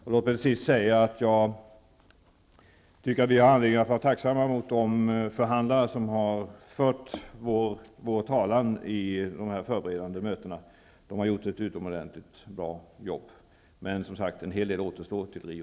Låt mig till sist säga att jag tycker att vi har anledning att vara tacksamma mot de förhandlare som har fört vår talan i dessa förberedande möten. De har gjort ett utomordentligt bra jobb. Men som sagt: En hel del återstår till Rio.